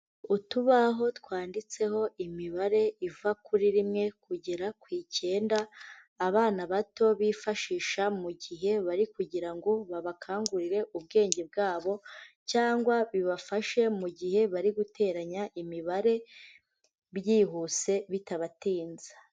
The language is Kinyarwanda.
Utubaho twanditseho imibare iva kuri rimwe kugera ku icyenda, abana bato bifashisha mu gihe bari kugira ngo babakangurire ubwenge bwabo, cyangwa bibafashe mu gihe bari guteranya imibare, byihuse bitabatinza.